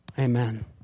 Amen